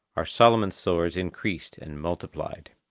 our solomon sores increased and multiplied.